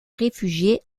réfugier